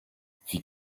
fit